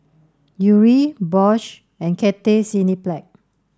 Yuri Bosch and Cathay Cineplex